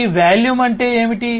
ఈ వాల్యూమ్ ఏమిటి